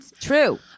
True